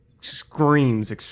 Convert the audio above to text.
screams